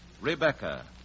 Rebecca